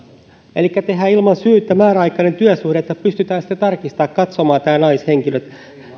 elikkä tehdään ilman syytä määräaikainen työsuhde että pystytään sitten tarkistamaan katsomaan tämä naishenkilö